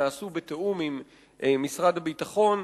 שנעשו בתיאום עם משרד הביטחון,